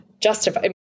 justify